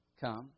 come